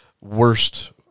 worst